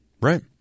Right